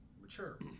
mature